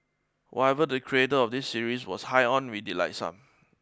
whatever the creator of this series was high on we'd like some